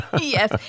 Yes